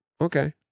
Okay